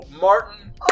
Martin